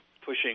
pushing